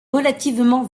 relativement